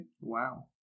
Wow